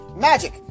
Magic